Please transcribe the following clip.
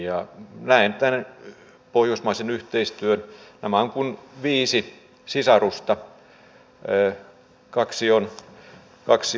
näen tämän pohjoismaisen yhteistyön niin että nämä ovat kuin viisi sisarusta